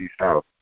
South